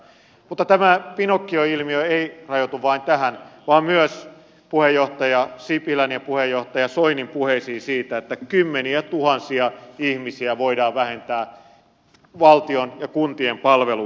mutta tämä pinokkio ilmiö ei rajoitu vain tähän vaan liittyy myös puheenjohtaja sipilän ja puheenjohtaja soinin puheisiin siitä että kymmeniätuhansia ihmisiä voidaan vähentää valtion ja kuntien palveluksesta